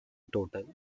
total